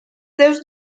seus